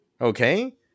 okay